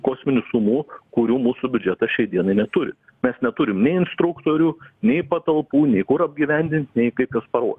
kosminių sumų kurių mūsų biudžetas šiai dienai neturi mes neturim nei instruktorių nei patalpų nei kur apgyvendint nei kaip juos paruošt